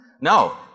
No